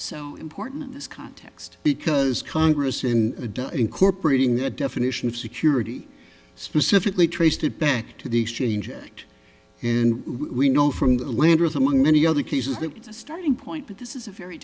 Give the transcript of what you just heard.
so important in this context because congress in a day incorporating the definition of security specifically traced it back to the exchange act and we know from the lenders among many other cases that it's a starting point but this is a very